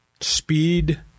speed